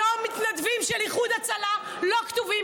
היום מתנדבים של איחוד הצלה לא כתובים,